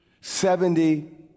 Seventy